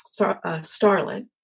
starlet